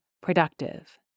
productive